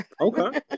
Okay